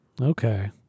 Okay